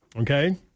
Okay